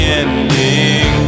ending